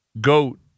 goat